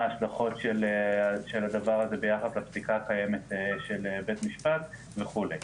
מה ההשלכות של הדבר הזה ביחס לפסיקה הקיימת של בית משפט וכולי.